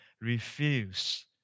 refuse